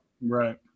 Right